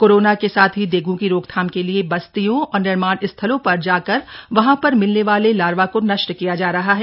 corona के साथ ही डेंगू की रोकथाम के लिए बस्तियों और निर्माण स्थलों पर जाकर वहां पर मिलने वाले लार्वा को नष्ट किया जा रहा है